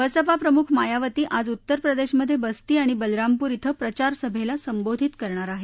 बसपा प्रमुख मायावती आज उत्तरप्रदेशमधे बस्ती आणि बलरामपूर क्रिं प्रचारसभेला संबोधित करणार आहेत